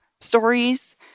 stories